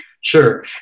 Sure